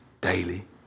daily